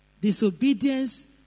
Disobedience